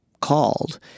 called